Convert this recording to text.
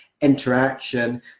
interaction